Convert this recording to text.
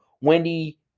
Wendy